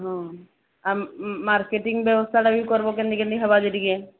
ହଁ ଆମେ ମାର୍କେଟିଙ୍ଗ ବ୍ୟବସ୍ଥାଟା ବି ଟିକେ କରିବ କେମତି କେମତି ହେବା ଟିକେ